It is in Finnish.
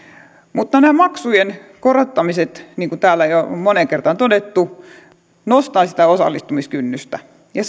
mutta nämä maksujen korottamiset niin kuin täällä jo on moneen kertaan todettu nostavat sitä osallistumiskynnystä ja